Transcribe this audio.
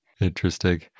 Interesting